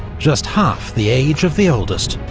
just half the age of the oldest.